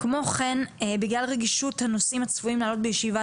כמו כן בגלל רגישות הנושאים הצפויים לעלות בישיבה